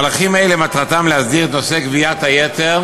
מהלכים אלה מטרתם להסדיר את נושא גביית היתר